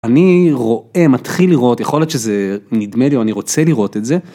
אני רואה, מתחיל לראות, יכול להיות שזה נדמה לי, או אני רוצה לראות את זה,